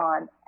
on